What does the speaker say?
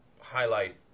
highlight